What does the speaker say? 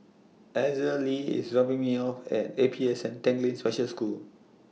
Azalee IS dropping Me off At A P S N Tanglin Special School